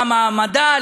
מה מעמדה,